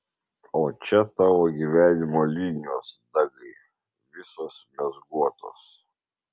o čia tavo gyvenimo linijos dagai visos mazguotos